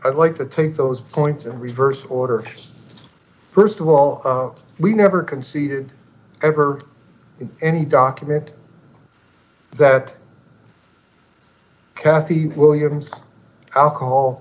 i'd like to take those points in reverse order first of all we never conceded ever in any document that kathy williams alcohol